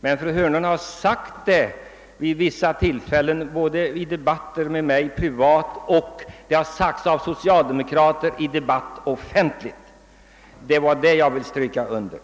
Men fru Hörnlund har uttalat sig så, i privata samtal med mig, och andra socialdemokrater har sagt det offentligt. Det var detta jag ville understryka.